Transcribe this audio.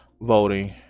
voting